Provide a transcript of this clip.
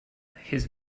his